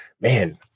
man